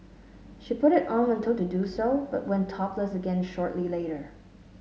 she put it on when told to do so but went topless again shortly later